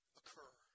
occur